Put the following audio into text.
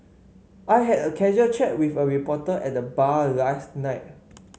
I had a casual chat with a reporter at the bar last night